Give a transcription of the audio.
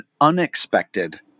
unexpected